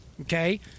okay